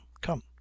come